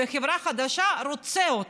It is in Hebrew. והחברה החדשה רוצה אותו.